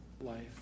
life